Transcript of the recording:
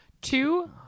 two